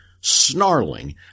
snarling